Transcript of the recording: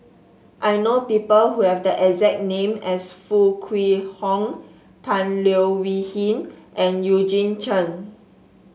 I know people who have the exact name as Foo Kwee Horng Tan Leo Wee Hin and Eugene Chen